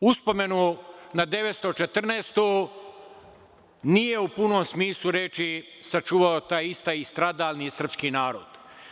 Uspomenu na 1914. godinu nije u punom smislu reči sačuvao taj isti i stradalni srpski narod.